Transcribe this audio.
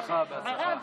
תודה רבה.